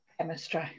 chemistry